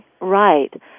Right